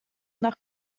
nach